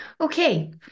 okay